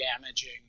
damaging